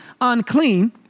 unclean